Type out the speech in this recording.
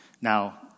Now